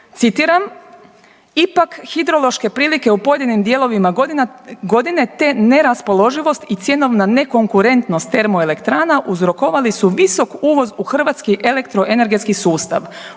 citiram, ipak hidrološke prilike u pojedinim dijelovima godine, te neraspoloživost i cjenovna ne konkurentnost termoelektrana uzrokovali su visok uvoz u hrvatski elektroenergetski sustav.